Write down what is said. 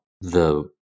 The-